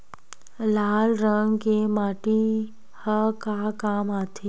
लाल रंग के माटी ह का काम आथे?